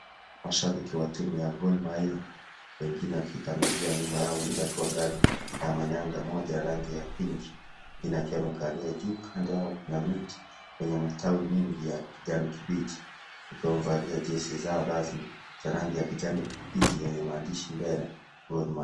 Mashabiki wa timu ya Gormahia, mwingine akitangulia nyuma yao ,wengine wangali na manyanga moja yenge rangi ya pink .Wengine wamekalia juu kando yao Na miti yenye matawi mingi ya kijani kibichi, wakiwa wamevalia jezi zao rasmi za rangi ya kijani kibichi yenye maandishi mbele Gorma.